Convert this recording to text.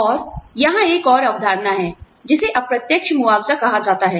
और यहां एक और अवधारणा है जिसे अप्रत्यक्ष मुआवजा कहा जाता है